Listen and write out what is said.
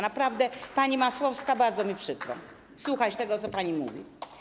Naprawdę, pani Masłowska, bardzo mi przykro słuchać tego, co pani mówi.